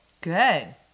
Good